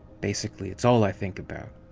basically, it's all i think about.